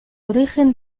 origen